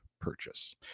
purchase